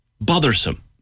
bothersome